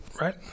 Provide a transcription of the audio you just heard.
right